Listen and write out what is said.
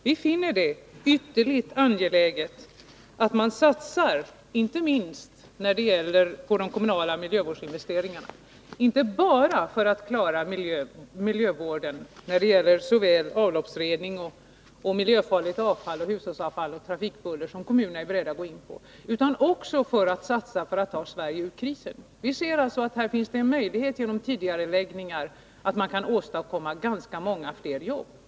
Vi finner det ytterligt angeläget att satsa inte minst på de kommunala miljövårdsinvesteringarna, inte bara för att klara miljövården när det gäller avloppsrening, miljöfarligt avfall, hushållsavfall och trafikbuller, som kommunerna är beredda att gå in på, utan också för att satsa när det gäller att ta Sverige ur krisen. Vi ser alltså att det här finns en möjlighet att genom tidigareläggningar åstadkomma ganska många fler jobb.